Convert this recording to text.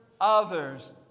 others